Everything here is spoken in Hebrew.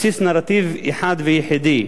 בסיס נרטיב אחד ויחידי,